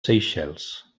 seychelles